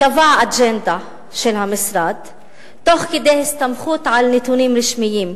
קבעו אג'נדה של המשרד תוך כדי הסתמכות על נתונים רשמיים,